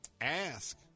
Ask